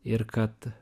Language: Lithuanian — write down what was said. ir kad